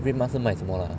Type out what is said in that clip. RedMart 是卖什么的 ah